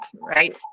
right